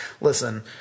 listen